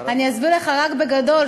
אני אסביר לך רק בגדול,